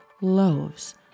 loaves